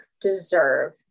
deserve